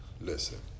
listen